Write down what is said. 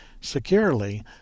securely